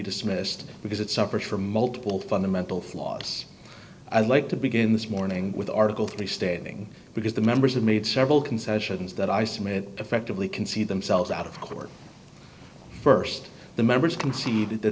dismissed because it suffers from multiple fundamental flaws i'd like to begin this morning with article three stating because the members have made several concessions that i submit effectively can see themselves out of court st the members conceded that